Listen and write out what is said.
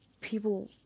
people